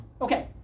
Okay